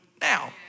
now